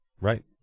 Right